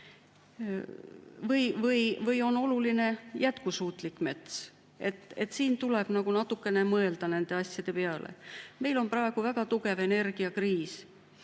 Või on oluline jätkusuutlik mets? Siin tuleb natukene mõelda nende asjade peale. Meil on praegu väga tugev energiakriis.